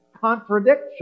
contradiction